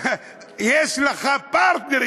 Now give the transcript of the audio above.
יש לך פרטנרית.